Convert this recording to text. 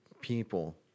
people